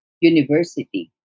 university